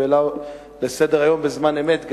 והעלה אותו לסדר-היום גם בזמן אמת,